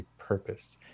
repurposed